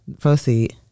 proceed